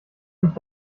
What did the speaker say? mich